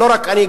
לא רק אני,